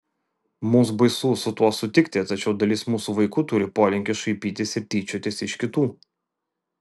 mums baisu su tuo sutikti tačiau dalis mūsų vaikų turi polinkį šaipytis ir tyčiotis iš kitų